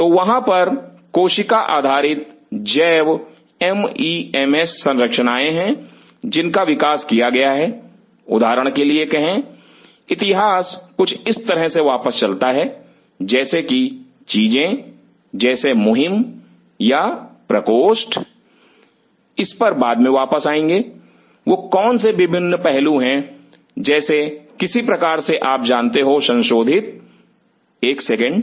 तो वहां पर कोशिका आधारित जैव एम ई एम एस संरचनाएं हैं जिनका विकास किया गया है उदाहरण के लिए कहें इतिहास कुछ इस तरह से वापस चलता है जैसे की चीजें जैसे मुहिम या प्रकोष्ठ इस पर बाद में वापस आएँगे वह कौन से विभिन्न पहलू हैं जैसे किसी प्रकार से आप जानते हो संशोधित 1 सेकंड